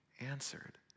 answered